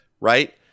right